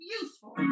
useful